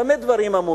במה דברים אמורים?